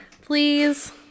Please